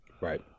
Right